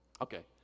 Okay